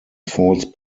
false